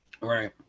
Right